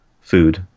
food